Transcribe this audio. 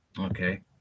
Okay